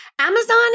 Amazon